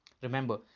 Remember